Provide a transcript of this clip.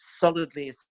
solidly